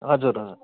हजुर हजुर